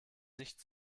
nicht